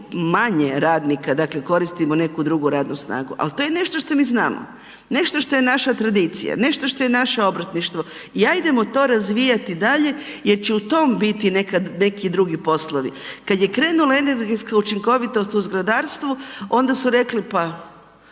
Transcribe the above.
manje radnika, dakle, koristimo neku drugu radnu snagu, ali to je nešto što mi znamo. Nešto što je naša tradicija, nešto što je naše obrtništvo. I hajdemo to razvijati dalje jer će u tom biti nekad neki drugi poslovi. Kad je krenula energetska učinkovitost u zgradarstvu, onda su rekli pa,